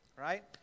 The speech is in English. right